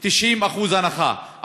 90% הנחה,